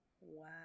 Wow